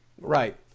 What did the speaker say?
right